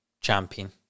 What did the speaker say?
champion